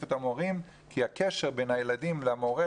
את המורים כי הקשר בין הילדים למורה,